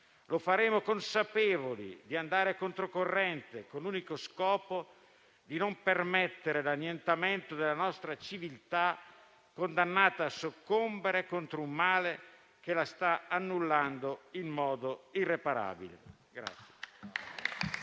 Lo faremo consapevoli di andare controcorrente, con l'unico scopo di non permettere l'annientamento della nostra civiltà, condannata a soccombere contro un male che la sta annullando in modo irreparabile.